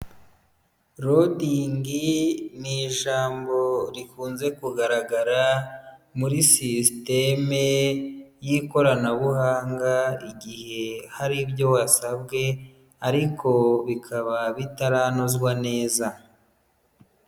Loading ni ijambo rikunze kugaragara muri sisiteme y'ikoranabuhanga igihe hari ibyo wasabwe ariko bikaba bitaranozwa neza.